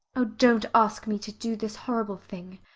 oh, don't ask me to do this horrible thing.